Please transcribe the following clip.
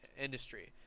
industry